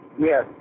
Yes